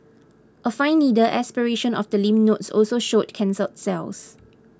a fine needle aspiration of the lymph nodes also showed cancer cells